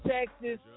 Texas